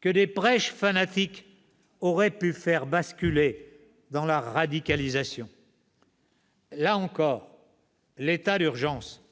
que des prêches fanatiques auraient pu faire basculer dans la radicalisation. Là encore, l'état d'urgence